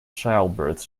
childbirths